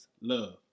love